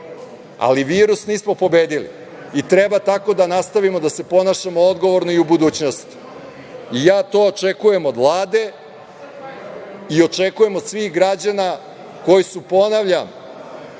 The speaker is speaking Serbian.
ali virus nismo pobedili. Treba tako da nastavimo da se ponašamo odgovorno i u budućnosti. Ja to očekujem od Vlade i očekujem od svih građana koji su, ponavljam,